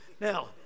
Now